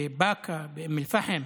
שבמידה שמאהר אל-אח'רס ייפגע,